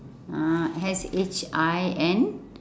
ah S H I N